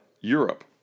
Europe